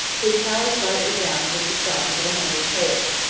his palace might resound with the songs of a hundred poets.